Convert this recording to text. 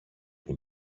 την